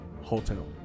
hotel